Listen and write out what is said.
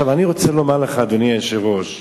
אני רוצה לומר לך, אדוני היושב-ראש,